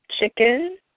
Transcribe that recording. Chicken